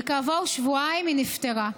וכעבור שבועיים היא נפטרה.